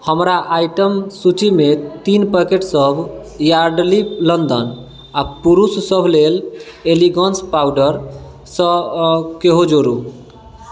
हमर आइटम सूचीमे तीन पैकेट सभ यार्डली लंडन आ पुरुषसभ लेल एलीगन्स पाउडरसँ केहो जोड़ू